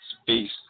space